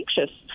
anxious